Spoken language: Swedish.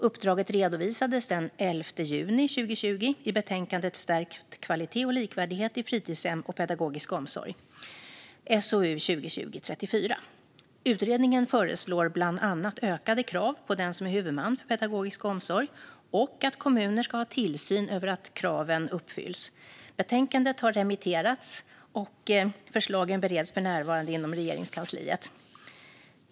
Uppdraget redovisades den 11 juni 2020 i betänkandet Stärkt kvalitet och likvärdighet i fritidshem och pedagogisk omsorg . Utredningen föreslog bland annat ökade krav på den som är huvudman för pedagogisk omsorg och att kommuner ska ha tillsyn över att kraven uppfylls. Betänkandet har remitterats, och förslagen bereds för närvarande inom Regeringskansliet.